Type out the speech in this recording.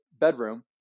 bedroom